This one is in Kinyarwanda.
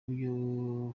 byo